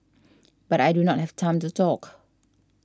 but I do not have time to talk